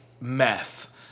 meth